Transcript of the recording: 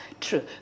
True